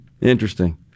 Interesting